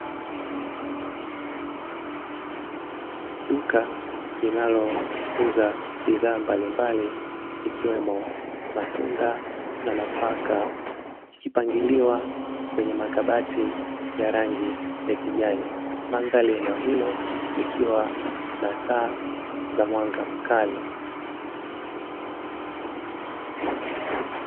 Duka linalouza bidhaa mbalimbali ikiwemo matunda na nafaka, ikipangiliwa kwenye makabati ya rangi ya kijani. Mandhari ya eneo hilo likiwa na taa za mwanga mkali.